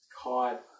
caught